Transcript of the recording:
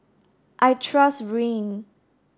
I trust Rene